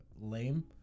lame